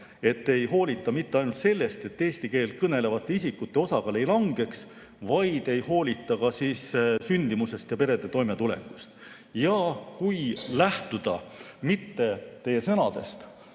et ei hoolita mitte ainult sellest, et eesti keelt kõnelevate isikute osakaal ei langeks, vaid ei hoolita ka sündimusest ja perede toimetulekust. Kui lähtuda mitte teie sõnadest,